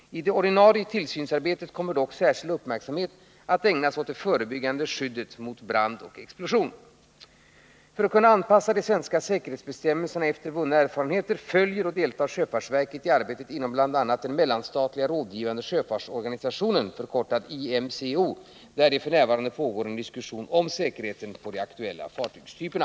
I det ordinarie tillsynsarbetet kommer dock särskild uppmärksamhet att ägnas åt det förebyggande skyddet mot brand och explosion. För att kunna anpassa de svenska säkerhetsbestämmelserna efter vunna erfarenheter följer och deltar sjöfartsverket i arbetet inom bl.a. Mellanstatliga rådgivande sjöfartsorganisationen , där det f. n. pågår en diskussion om säkerheten på de aktuella fartygstyperna.